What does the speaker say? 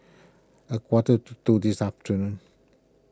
a quarter to two this afternoon